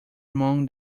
among